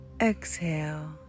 Exhale